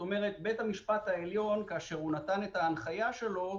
בית המשפט העליון, כשהוא נתן את ההנחיה שלו,